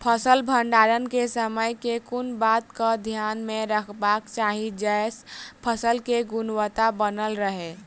फसल भण्डारण केँ समय केँ कुन बात कऽ ध्यान मे रखबाक चाहि जयसँ फसल केँ गुणवता बनल रहै?